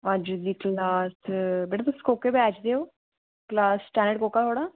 आं जी आं जी क्लास मैडम तुस कोह्के बैच दे ओ क्लास कोह्का थुआढ़ा